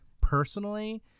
personally-